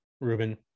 Ruben